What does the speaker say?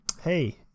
hey